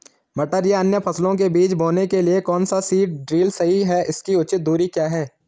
मटर या अन्य फसलों के बीज बोने के लिए कौन सा सीड ड्रील सही है इसकी उचित दूरी क्या है?